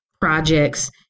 projects